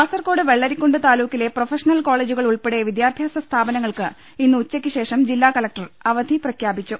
കാസർകോട് വെള്ളരിക്കുണ്ട് താലൂക്കിലെ പ്രൊഫഷണൽ കോളേജുകൾ ഉൾപ്പടെ വിദ്യാഭ്യാസ സ്ഥാപനങ്ങൾക്ക് ഇന്ന് ഉച്ചക്ക് ശേഷം ജില്ലാ കലക്ടർ അവധി പ്രഖ്യാപിച്ചു